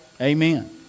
Amen